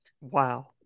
Wow